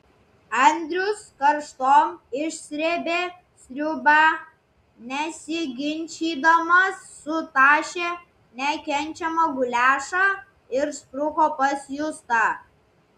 andrius karštom išsrėbė sriubą nesiginčydamas sutašė nekenčiamą guliašą ir spruko pas justą